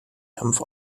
dampf